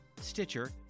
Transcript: Stitcher